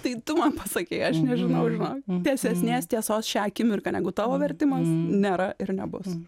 tai tu man pasakei aš nežinau žinok tiesesnės tiesos šią akimirką negu tavo vertimas nėra ir nebus